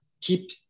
keep